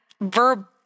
verb